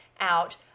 out